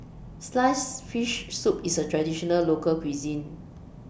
Sliced Fish Soup IS A Traditional Local Cuisine